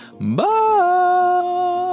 bye